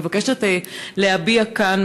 אני מבקשת להביע כאן,